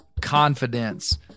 confidence